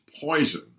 poison